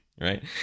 right